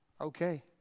Okay